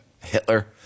Hitler